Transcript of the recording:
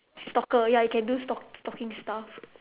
stalker ya you can do stalk stalking stuff